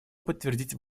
подтвердить